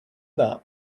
that